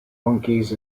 monkeys